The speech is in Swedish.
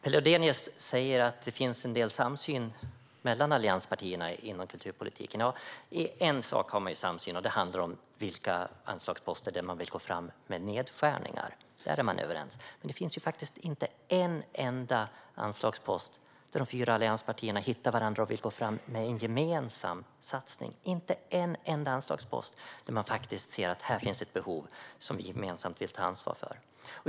Per Lodenius säger att det finns en del samsyn mellan allianspartierna inom kulturpolitiken. I en sak har man samsyn, och det handlar om de anslagsposter där man vill gå fram med nedskärningar. Där är man överens. Det finns inte en enda anslagspost där de fyra allianspartierna hittar varandra och vill gå fram med en gemensam satsning. Det finns inte en enda anslagspost där man ser att det finns ett behov som man gemensamt vill ta ansvar för.